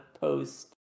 post